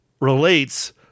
relates